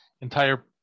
entire